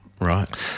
Right